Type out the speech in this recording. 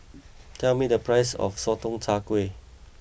tell me the price of Sotong Char Kway